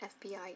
FBI